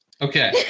Okay